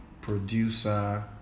producer